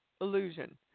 illusion